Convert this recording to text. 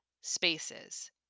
spaces